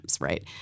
right